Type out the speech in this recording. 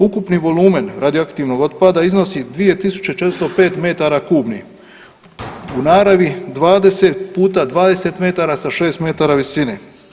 Ukupni volumen radioaktivnog otpada iznosi 2 tisuće 405 metara kubnih, u naravi 20 puta 20 metara sa 6 metara visine.